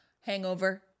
hangover